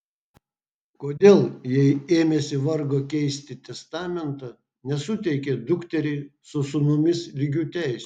kodėl jei ėmėsi vargo keisti testamentą nesuteikė dukteriai su sūnumis lygių teisių